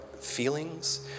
feelings